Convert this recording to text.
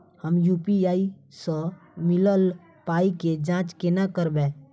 हम यु.पी.आई सअ मिलल पाई केँ जाँच केना करबै?